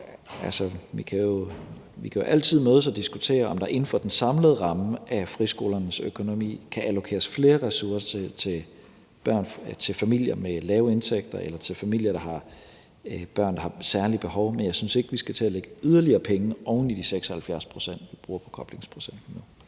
Vi kan jo altid mødes og diskutere, om der inden for den samlede ramme af friskolernes økonomi kan allokeres flere ressourcer til familier med lave indtægter eller til familier, der har børn, som har særlige behov, men jeg synes ikke, at vi skal til at lægge yderligere penge oven i de 76 pct., vi bruger på koblingsprocenten